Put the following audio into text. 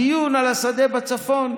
הדיון על השדה בצפון,